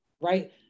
right